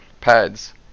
pads